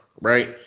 Right